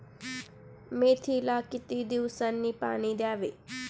मेथीला किती दिवसांनी पाणी द्यावे?